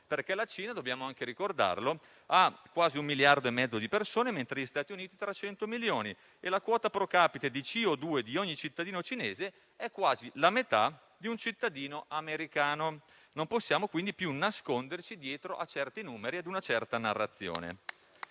perché dobbiamo anche ricordare che la Cina ha quasi 1,5 miliardi di persone, mentre gli Stati Uniti 300 milioni e la quota *pro capite* di CO2 di ogni cittadino cinese è quasi la metà di quella di un cittadino americano. Non possiamo quindi più nasconderci dietro a certi numeri e ad una certa narrazione